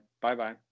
Bye-bye